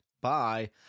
bye